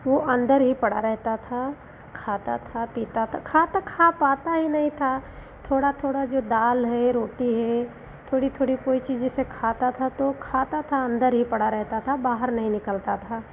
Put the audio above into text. वह अंदर ही पड़ा रहता था खाता था पीता था खाता खा पाता ही नहीं था थोड़ा थोड़ा जो दाल है रोटी है थोड़ी थोड़ी कोई चीज़ जैसे खाता था तो खाता था अंदर ही पड़ा रहता था बाहर नहीं निकलता था